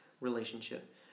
relationship